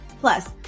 Plus